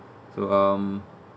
so um